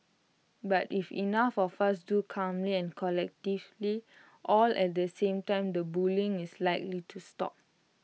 but if enough of us do calmly and collectively all at the same time the bullying is likely to stop